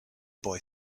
boy